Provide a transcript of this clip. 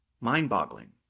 mind-boggling